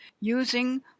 using